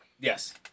Yes